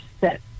set